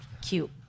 cute